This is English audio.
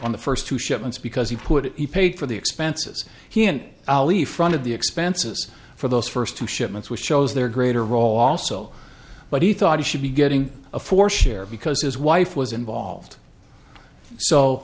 on the first two shipments because he put it he paid for the expenses he and ali front of the expenses for those first two shipments which shows their greater role also but he thought he should be getting a four share because his wife was involved so